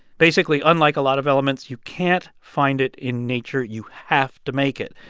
basically, unlike a lot of elements, you can't find it in nature. you have to make it.